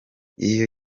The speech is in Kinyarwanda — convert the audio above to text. iyo